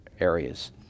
areas